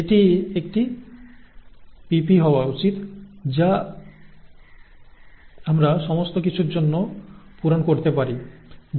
এটি একটি pp হওয়া উচিত যা আমরা সমস্ত কিছুর জন্য পূরণ করতে পারি